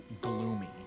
gloomy